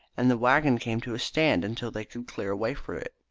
and the waggon came to a stand until they could clear a way for it.